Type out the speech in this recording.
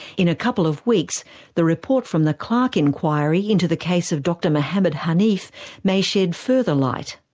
in a couple of weeks the report from the clarke inquiry into the case of dr mohamed haneef may shed further light.